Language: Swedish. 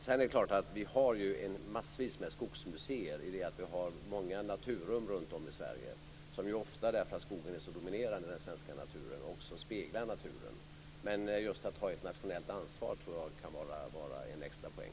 Sedan är det klart att vi har massor av skogsmuseer i det att vi har många naturrum runtom i Sverige, som ju ofta speglar naturen eftersom skogen är så dominerande i den svenska naturen. Men just att ha ett nationellt ansvar tror jag kan vara en extra poäng.